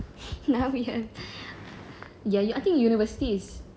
now we have ya I think university is